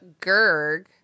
Gerg